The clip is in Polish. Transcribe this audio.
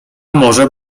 może